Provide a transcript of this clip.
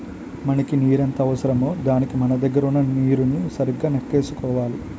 మనకెంత నీరు అవసరమో దానికి మన దగ్గర వున్న నీరుని సరిగా నెక్కేసుకోవాలి